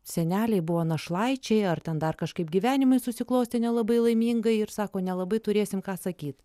seneliai buvo našlaičiai ar ten dar kažkaip gyvenimai susiklostė nelabai laimingai ir sako nelabai turėsim ką sakyt